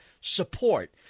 support